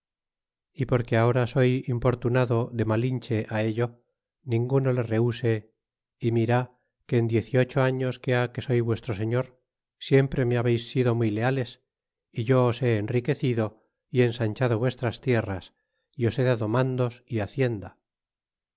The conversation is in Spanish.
y porque ahora soy importunado de malinche ello ninguno le rehuse ó mir que en diez y ocho años que ha que soy vuestro señor siempre me habeis sido muy leales é yo os he enriquecido é ensanchado vuestras tierras é os he dado mandos é